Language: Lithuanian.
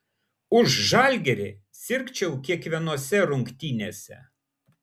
už žalgirį sirgčiau kiekvienose rungtynėse